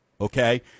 Okay